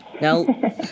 Now